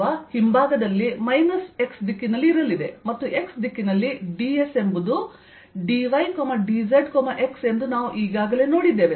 ಅಥವಾ ಹಿಂಭಾಗದಲ್ಲಿ minus x ದಿಕ್ಕಿನಲ್ಲಿ ಇರಲಿದೆ ಮತ್ತು x ದಿಕ್ಕಿನಲ್ಲಿ dsವು dy dz x ಎಂದು ನಾವು ಈಗಾಗಲೇ ನೋಡಿದ್ದೇವೆ